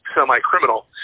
semi-criminal